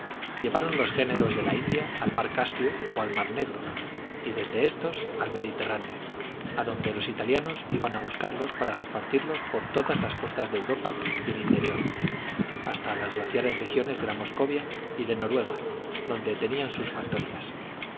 llevaron los géneros de la india al mar caspio o al mar negro y desde éstos al mediterráneo adonde los italianos iban a buscarlos para repartirlos por todas las costas de europa y el interior hasta las glaciares regiones de la moscovia y de noruega donde tenían sus factorías